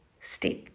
step